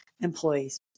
employees